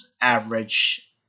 average